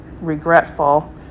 regretful